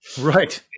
Right